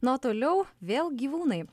na o toliau vėl gyvūnai